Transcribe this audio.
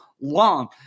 long